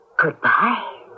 Goodbye